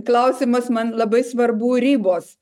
klausimas man labai svarbu ribos